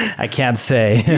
i can't say